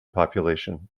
population